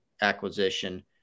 acquisition